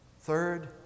Third